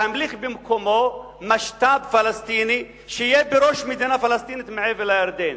להמליך במקומו משת"פ פלסטיני שיהיה בראש מדינה פלסטינית מעבר לירדן,